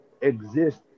exist